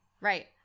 right